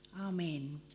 Amen